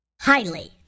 highly